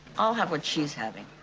i'll have what she's having.